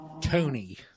Tony